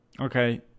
okay